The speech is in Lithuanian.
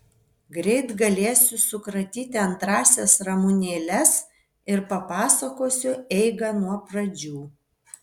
greit galėsiu sukratyti antrąsias ramunėles ir papasakosiu eigą nuo pradžių